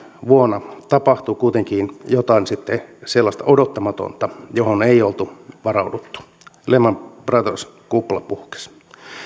vuonna kaksituhattakahdeksan tapahtui kuitenkin sitten jotain sellaista odottamatonta johon ei oltu varauduttu lehman brothers kupla puhkesi